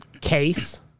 case